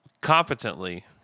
competently